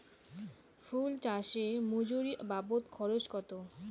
ফুল চাষে মজুরি বাবদ খরচ কত?